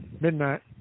midnight